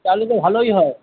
তাহলে তো ভালোই হয়